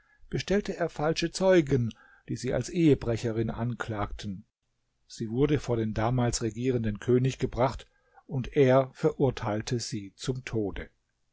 bestellte er falsche zeugen die sie als ehebrecherin anklagten sie wurde vor den damals regierenden könig gebracht und er verurteilte sie zum tode